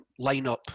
lineup